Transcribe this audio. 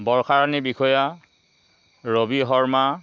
Barsha Rani Bishaya Rabi Sharma